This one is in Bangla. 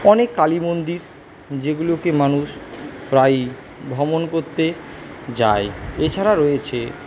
অনেক কালী মন্দির যেগুলোকে মানুষ প্রায়ই ভ্রমণ করতে যায় এছাড়া রয়েছে